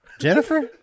Jennifer